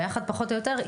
ביחד עם המיפוי,